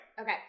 Okay